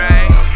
Right